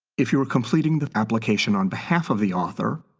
if you are completing the application on behalf of the author,